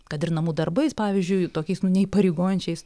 kad ir namų darbais pavyzdžiui tokiais nu neįpareigojančiais